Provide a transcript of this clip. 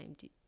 time